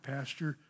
Pastor